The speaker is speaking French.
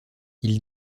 ils